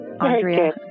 Andrea